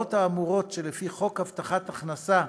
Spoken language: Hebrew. הגמלאות האמורות, לפי חוק הבטחת הכנסה,